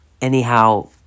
anyhow